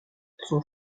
son